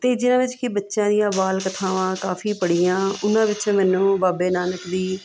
ਅਤੇ ਜਿਹਨਾਂ ਵਿੱਚ ਕਿ ਬੱਚਿਆਂ ਦੀਆਂ ਬਾਲ ਕਥਾਵਾਂ ਦਾ ਕਾਫ਼ੀ ਪੜ੍ਹੀਆਂ ਉਹਨਾਂ ਵਿੱਚ ਮੈਨੂੰ ਬਾਬੇ ਨਾਨਕ ਦੀ